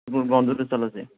football ꯒ꯭ꯔꯥꯎꯟꯗꯨꯗ ꯆꯠꯂꯁꯦ